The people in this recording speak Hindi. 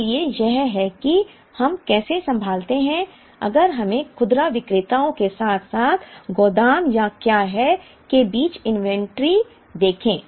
इसलिए यह है कि हम कैसे संभालते हैं अगर हमें खुदरा विक्रेताओं के साथ साथ गोदाम या क्या है के बीच इन्वेंटरी देखें